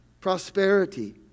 Prosperity